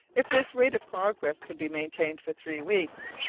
if this rate of progress could be maintained for three weeks,